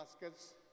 baskets